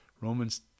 Romans